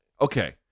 okay